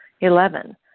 Eleven